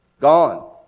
Gone